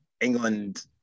England